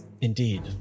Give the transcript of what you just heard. Indeed